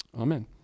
amen